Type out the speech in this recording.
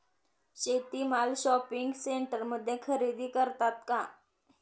शेती माल शॉपिंग सेंटरमध्ये खरेदी करतात का?